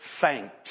thanks